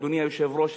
אדוני היושב-ראש,